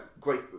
great